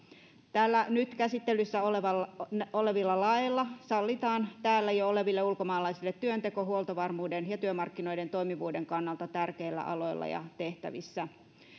täällä nyt käsittelyssä olevilla laeilla sallitaan täällä jo oleville ulkomaalaisille työnteko huoltovarmuuden ja työmarkkinoiden toimivuuden kannalta tärkeillä aloilla ja tehtävissä